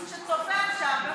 הציבור שצופה עכשיו,